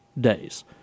days